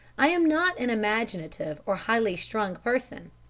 i am not an imaginative or highly-strung person,